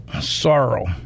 sorrow